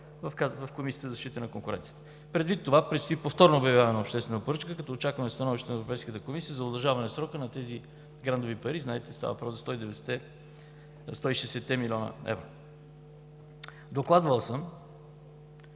в Комисията за защита на конкуренцията. Предвид това предстои повторно обявяване на обществената поръчка, като очакваме и становището на Европейската комисия за удължаване на срока за тези грантови пари – знаете, че става въпрос за 160 млн.евро. Докладвал съм